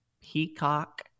Peacock